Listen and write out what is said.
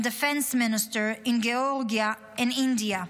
defense minister in Georgia and India,